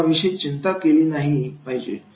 परिणामांविषयी जास्त चिंता केली नाही पाहिजे